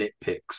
nitpicks